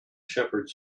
shepherds